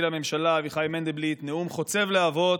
לממשלה אביחי מנדלבליט נאום חוצב להבות,